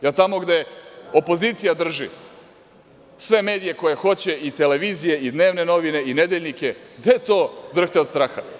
Jel tamo gde opozicija drži sve medije koje hoće i televizije i dnevne novine i nedeljnike, gde to drhte od straha?